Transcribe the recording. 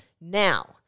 now